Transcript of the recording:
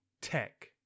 tech